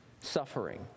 Suffering